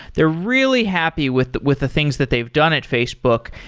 they're really happy with with the things that they've done at facebook.